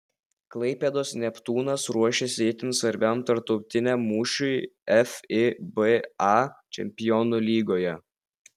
klaipėdos neptūnas ruošiasi itin svarbiam tarptautiniam mūšiui fiba čempionų lygoje